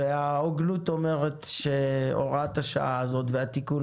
ההוגנות אומרת שהוראת השעה הזאת והתיקון